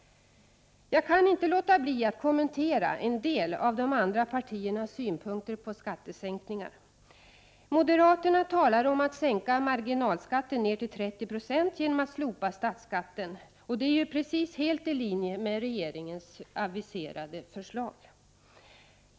Jag kan inte låta bli att kommentera en del av de andra partiernas synpunkter på skattesänkningar. Moderaterna talar om att sänka marginal skatten ner till 30 Jo genom att slopa statsskatten, och det är ju precis i linje Prot. 1988/89:45 med regeringens aviserade förslag.